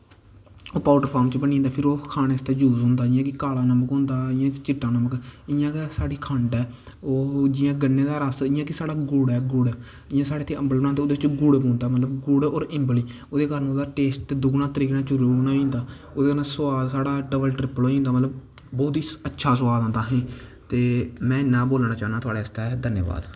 ओह् powder form च बनी जंदी फिर ओह् खाने आस्तै यूस होंदा जि'यां कि काला नमक होंदा चिट्टा नमक इ'यां गै साढ़ी खंड ऐ ओह् जि'यां गन्ने दा रस जि'यां कि गुड़ ऐ गुड़ जि'यां साढ़े इत्थै अम्बल बनादे ओह्दै च गुड़ पौंदा मतलब गुड़ होर इम्बली ओह्दे कारण औह्दा टेस्ट दुगना त्रिगना चरुगना होई जंदा ओह्दै कन्नै सोआद साढ़ा डवल टरिप्पल होई जंदा मतलब बौह्त गै अच्छा सोआद आंदा असेंगी ते में इन्ना गै बोलना चाह्ना थोआड़ै आस्तै धन्यावाद